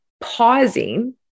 pausing